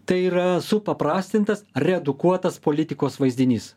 tai yra supaprastintas redukuotas politikos vaizdinys